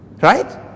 right